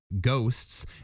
ghosts